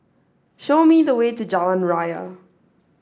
show me the way to Jalan Raya